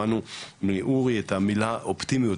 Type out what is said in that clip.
את המילה אופטימיות,